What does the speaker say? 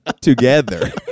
Together